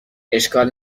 اشکال